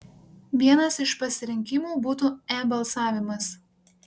vienas iš pasirinkimų būtų e balsavimas